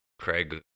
craig